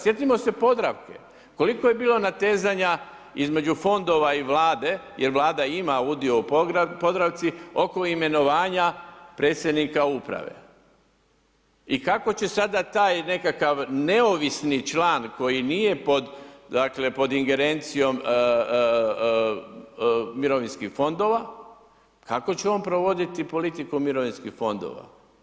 Sjetimo se Podravke, koliko je bilo natezanja između fondova i Vlade, jer Vlada ima udio u Podravci oko imenovanja predsjednika uprave, i kako će sada taj nekakav neovisni član koji nije pod, dakle pod ingerencijom mirovinskih fondova, kako će on provoditi politiku mirovinskih fondova.